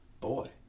Boy